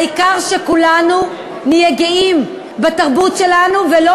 העיקר שכולנו נהיה גאים בתרבות שלנו ולא